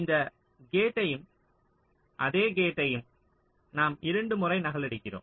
இந்த கேட்டையும் அதே கேட்டையும் நாம் இரண்டு முறை நகலெடுக்கிறோம்